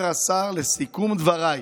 אומר השר: לסיכום דבריי,